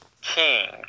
king